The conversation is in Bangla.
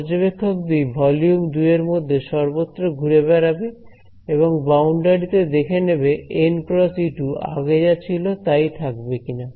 পর্যবেক্ষক 2 ভলিউম 2 এর মধ্যে সর্বত্র ঘুরে বেড়াবে এবং বাউন্ডারি তে দেখে নেবে nˆ × E2 আগে যা ছিল তাই থাকবে কিনা